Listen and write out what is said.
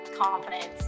confidence